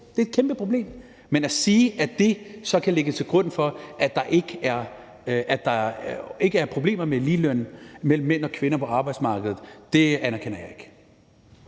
Det er et kæmpe problem. Men at man siger, at det så kan ligge til grund for, at der ikke er problemer med ligeløn mellem mænd og kvinder på arbejdsmarkedet, anerkender jeg ikke.